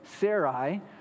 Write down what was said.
Sarai